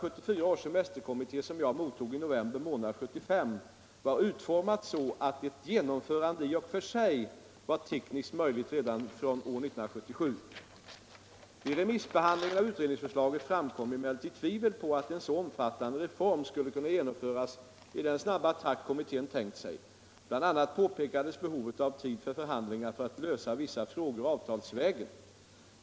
Vid remissbehandlingen av utredningsförslaget framkom emellertid tvivel på att en så omfattande reform skulle kunna genomföras i den snabba takt kommittén tänkt sig. Bl. a. påpekades behovet av tid för förhandlingar för att lösa vissa frågor avtalsvägen.